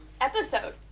episode